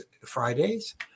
Fridays